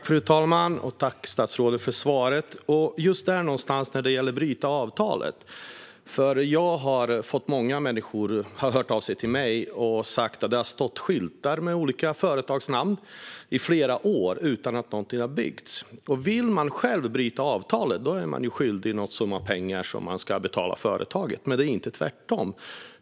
Fru talman! Jag tackar statsrådet för svaret. Just när det gäller att bryta avtalet har många människor hört av sig till mig och sagt att det har stått skyltar med olika företagsnamn i flera år utan att någonting har byggts. Vill man själv bryta avtalet blir man skyldig någon summa pengar som man ska betala företaget, men det är inte tvärtom.